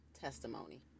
testimony